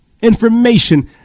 information